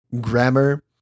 grammar